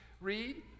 read